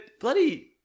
bloody